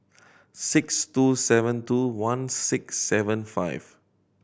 six two seven two one six seven five